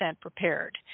prepared